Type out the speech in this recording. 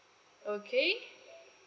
okay